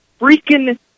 freaking